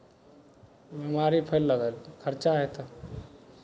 बिमारी फैलय लागल तऽ खर्चा हेतह